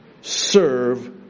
serve